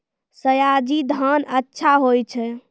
सयाजी धान अच्छा होय छै?